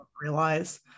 realize